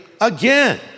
again